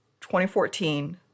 2014